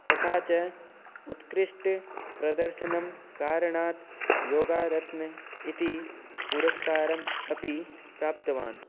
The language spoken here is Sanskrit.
तथा च उत्कृष्टप्रदर्शनकारणात् योगारत्नम् इति पुरस्कारम् अपि प्राप्तवान्